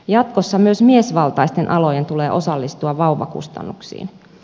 jatkossa myös miesvaltaisten alojen tulee osallistua vauvakustannuksiin